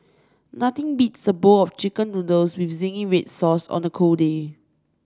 nothing beats a bowl of chicken noodles with zingy red sauce on a cold day